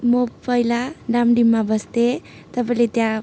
म पहिला डामडिममा बस्थेँ तपाईँले त्यहाँ